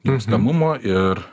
gimstamumo ir